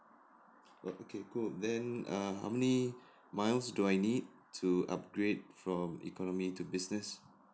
okay cool then err how many miles do I need to upgrade from economy to business